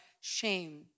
shame